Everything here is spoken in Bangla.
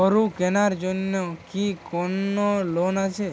গরু কেনার জন্য কি কোন লোন আছে?